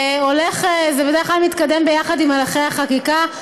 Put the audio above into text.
זה בדרך כלל מתקדם ביחד עם הליכי החקיקה,